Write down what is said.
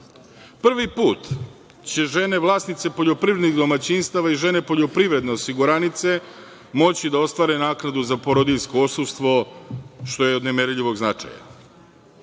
put će žene vlasnice poljoprivrednih domaćinstava i žene poljoprivredne osiguranice moći da ostvare naknadu za porodiljsko odsustvo, što je od nemerljivog značaja.